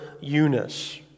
Eunice